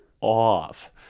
off